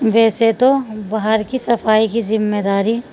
ویسے تو باہر کی صفائی کی ذمہ داری